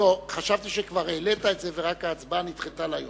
חשבתי שכבר העלית את זה ורק ההצבעה נדחתה להיום.